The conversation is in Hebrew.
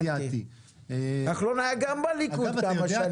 גם כחלון היה בליכוד כמה שנים.